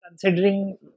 Considering